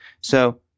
So-